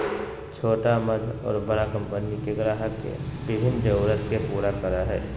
छोटा मध्य और बड़ा कंपनि के ग्राहक के विभिन्न जरूरत के पूरा करय हइ